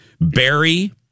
Barry